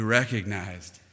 recognized